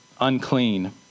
unclean